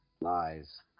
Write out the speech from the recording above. Lies